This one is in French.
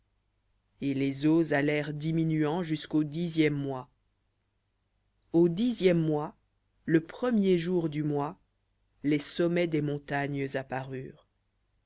et les eaux allèrent diminuant jusqu'au dixième mois au dixième le premier du mois les sommets des montagnes